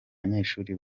banyeshuri